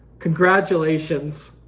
congratulations.